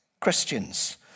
Christians